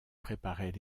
préparaient